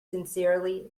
sincerely